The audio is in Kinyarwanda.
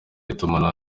itumanaho